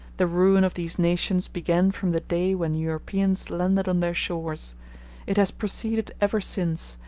the ruin of these nations began from the day when europeans landed on their shores it has proceeded ever since,